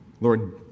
Lord